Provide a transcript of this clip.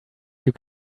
you